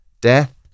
death